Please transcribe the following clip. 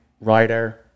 writer